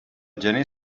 gener